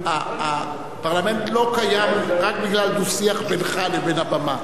הפרלמנט לא קיים רק בגלל דו-שיח בינך לבין הבמה,